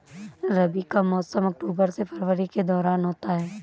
रबी का मौसम अक्टूबर से फरवरी के दौरान होता है